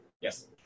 yes